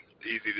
easy